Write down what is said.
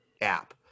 app